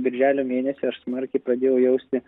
birželio mėnesį aš smarkiai pradėjau jausti